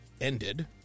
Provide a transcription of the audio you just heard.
ended